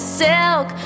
silk